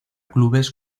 clubes